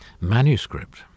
manuscript